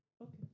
Okay